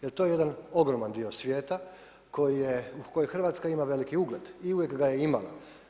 Jer to je jedan ogroman dio svijeta koji je, u kojem Hrvatska ima veliki ugled i uvijek ga je imala.